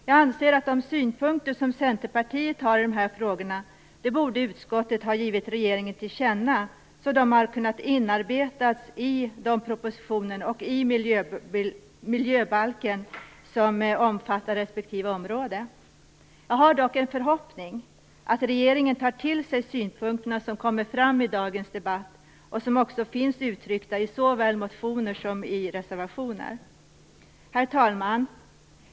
Jag anser att de synpunkter som Centerpartiet har i de här frågorna borde av utskottet ha givits regeringen till känna, så att de hade kunnat inarbetas i miljöbalken och i de propositioner som omfattar respektive område. Jag har dock en förhoppning om att regeringen tar till sig synpunkterna som kommer fram i dagens debatt och som också finns uttryckta i såväl motioner som i reservationer. Herr talman!